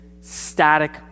static